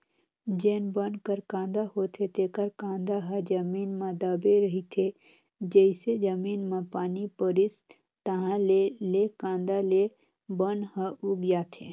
जेन बन कर कांदा होथे तेखर कांदा ह जमीन म दबे रहिथे, जइसे जमीन म पानी परिस ताहाँले ले कांदा ले बन ह उग जाथे